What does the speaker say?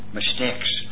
mistakes